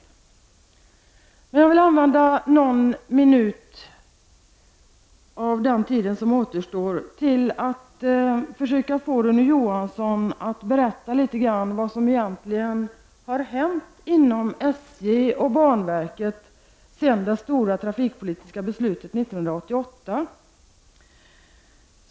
Jag vill använda någon minut av den tid som återstår till att försöka få Rune Johansson att berätta litet grand vad som har hänt inom SJ och banverket sedan det stora trafikpolitiska beslutet 1988.